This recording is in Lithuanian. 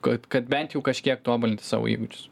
kad kad bent jau kažkiek tobulinti savo įgūdžius